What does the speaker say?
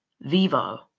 Vivo